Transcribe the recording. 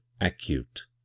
acute